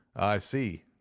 i see,